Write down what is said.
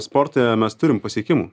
sporte mes turim pasiekimų